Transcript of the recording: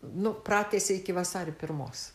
nu pratęsė iki vasario pirmos